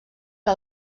que